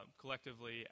collectively